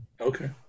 okay